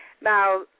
Now